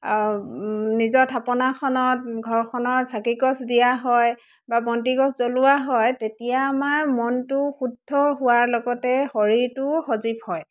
নিজৰ থাপনাখনত ঘৰখনত চাকি গছ দিয়া হয় বা বন্তিগছ জ্বলোৱা হয় তেতিয়া আমাৰ মনটো শুদ্ধ হোৱাৰ লগতে শৰীৰটো সজীৱ হয়